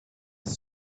then